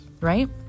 right